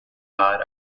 bar